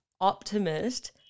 Optimist